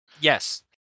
Yes